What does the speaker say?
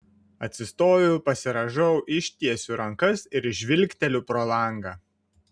atsistoju pasirąžau ištiesiu rankas ir žvilgteliu pro langą